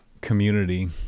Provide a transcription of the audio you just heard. community